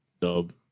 dub